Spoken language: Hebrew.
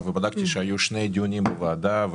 בדקתי וראיתי שהיו בוועדה שני דיונים.